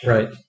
Right